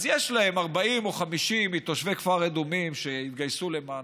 אז יש להם 40 או 50 מתושבי כפר אדומים שהתגייסו למענם,